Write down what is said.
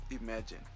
Imagine